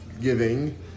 giving